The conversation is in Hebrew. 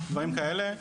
דברים כאלה,